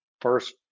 first